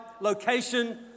location